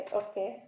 okay